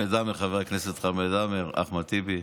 חבר הכנסת חמד עמאר, אחמד טיבי,